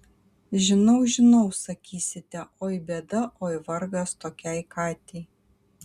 žinau žinau sakysite oi bėda oi vargas tokiai katei